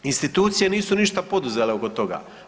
Institucije nisu ništa poduzele oko toga.